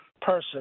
person